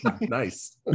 nice